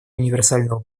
универсального